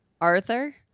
Arthur